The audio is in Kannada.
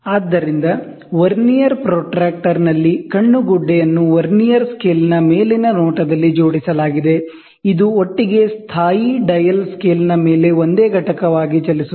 ಆದ್ದರಿಂದ ವರ್ನಿಯರ್ ಪ್ರೊಟ್ರಾಕ್ಟರ್ನಲ್ಲಿ ಐ ಪೀಸ್ ಅನ್ನು ವರ್ನಿಯರ್ ಸ್ಕೇಲ್ನ ಮೇಲಿನ ನೋಟದಲ್ಲಿ ಜೋಡಿಸಲಾಗಿದೆ ಇದು ಒಟ್ಟಿಗೆ ಸ್ಥಾಯಿ ಡಯಲ್ ಸ್ಕೇಲ್ನ ಮೇಲೆ ಒಂದೇ ಘಟಕವಾಗಿ ಚಲಿಸುತ್ತದೆ